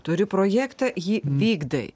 turi projektą jį vykdai